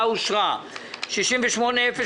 הצבעה בעד,